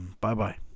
Bye-bye